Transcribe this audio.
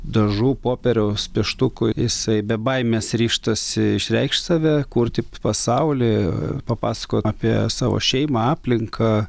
dažų popieriaus pieštukų jisai be baimės ryžtasi išreikšt save kurti pasaulį papasako apie savo šeimą aplinką